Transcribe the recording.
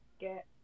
get